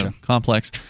complex